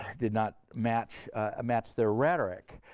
did not match ah match their rhetoric.